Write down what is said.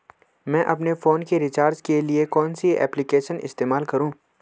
मैं अपने फोन के रिचार्ज के लिए कौन सी एप्लिकेशन इस्तेमाल करूँ?